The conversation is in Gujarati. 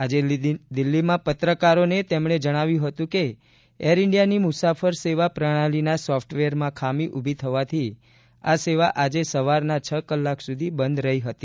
આજે દીલ્હીમાં પત્રકારોને તેમણે જણાવ્યું હતું કે એર ઇન્ડિયાની મુસાફર સેવા પ્રણાલીના સોફટવેરમાં ખામી ઉભી થવાથી આ સેવા આજે સવારના છ કલાક સુધી બંધ રહી હતી